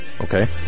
okay